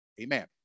Amen